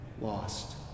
lost